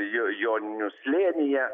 jo joninių slėnyje